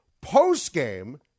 post-game